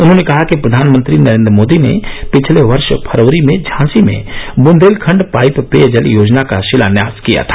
उन्होंने कहा कि प्रधानमंत्री नरेंद्र मोदी ने पिछले वर्ष फरवरी में झांसी में बुंदेलखंड पाइप पेयजल योजना का शिलान्यास किया था